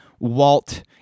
Walt